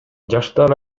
жаштар